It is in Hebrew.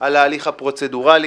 על ההליך הפרוצדורלי.